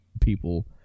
people